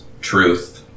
truth